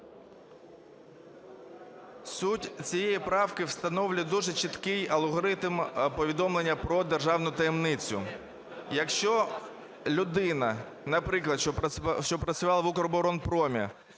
Суть цієї правки встановлює дуже чіткий алгоритм повідомлення про державну таємницю. Якщо людина, наприклад, що працювала в "Укроборонпромі",